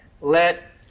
let